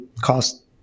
cost